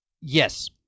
Yes